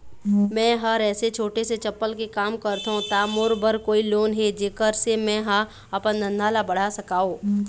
मैं हर ऐसे छोटे से चप्पल के काम करथों ता मोर बर कोई लोन हे जेकर से मैं हा अपन धंधा ला बढ़ा सकाओ?